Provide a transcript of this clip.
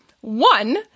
one –